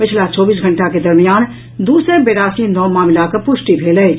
पछिला चौबीस घंटा के दरमियान दू सय बेरासी नव मामिलाक पुष्टि भेल अछि